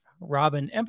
Robin